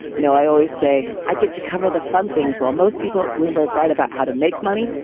you know, i always say i get to cover the fun things. while most people at bloomberg write about how to make money.